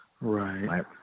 Right